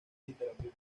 literatura